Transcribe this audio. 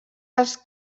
als